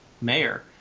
mayor